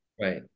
Right